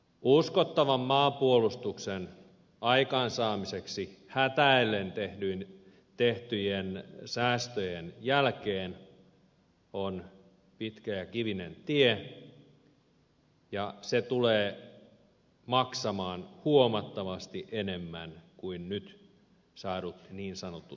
uskottavan maanpuolustuksen aikaansaaminen hätäillen tehtyjen säästöjen jälkeen on pitkä ja kivinen tie ja se tulee maksamaan huomattavasti enemmän kuin nyt saadut niin sanotut säästöt